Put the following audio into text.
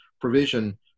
provision